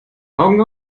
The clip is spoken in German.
augen